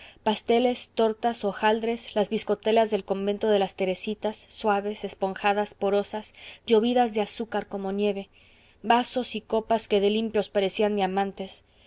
pasteles tortas hojaldres las bizcotelas del convento de las teresitas suaves esponjadas porosas llovidas de azúcar como nieve vasos y copas que de limpios parecían diamantes